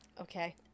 Okay